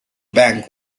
bank